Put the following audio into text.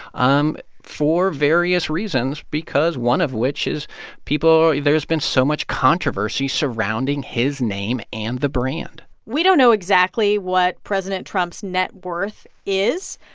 um for various reasons because one of which is people there's been so much controversy surrounding his name and the brand we don't know exactly what president trump's net worth is,